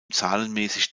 zahlenmäßig